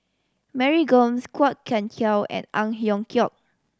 Mary Gomes Kwok Kian Chow and Ang Hiong Chiok